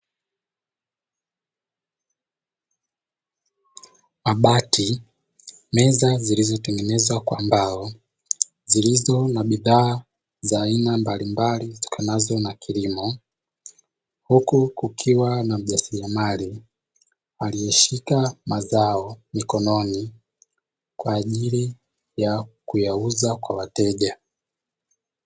Mabati, meza zilizotengenezwa kwa mbao zilizo na bidhaa za aina mbalimbali zitokanazo na kilimo. Huku kukiwa na mjasiriamali aliyeshika mazao mikononi, kwa ajili ya kuyauza kwa wateja.